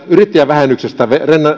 yrittäjävähennyksestä